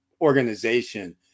organization